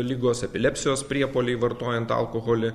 ligos epilepsijos priepuoliai vartojant alkoholį